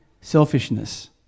selfishness